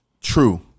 True